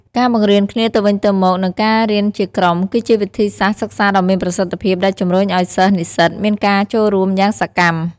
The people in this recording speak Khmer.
ការបង្រៀនគ្នាទៅវិញទៅមក និងការរៀនជាក្រុម គឺជាវិធីសាស្ត្រសិក្សាដ៏មានប្រសិទ្ធភាព ដែលជំរុញឲ្យសិស្សនិស្សិតមានការចូលរួមយ៉ាងសកម្ម។